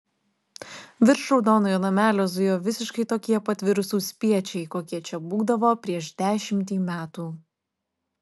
virš raudonojo namelio zujo visiškai tokie pat virusų spiečiai kokie čia būdavo prieš dešimtį metų